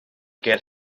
ger